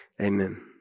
Amen